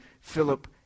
Philip